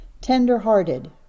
tender-hearted